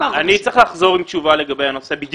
אני צריך לחזור לוועדה עם תשובה לגבי הנושא.